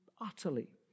utterly